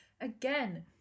again